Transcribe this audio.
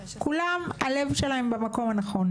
כולם הלב שלהם במקום הנכון.